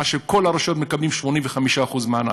כשכל הרשויות מקבלות 85% מענק.